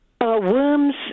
worms